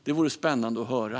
Det vore spännande att höra.